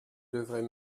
devrais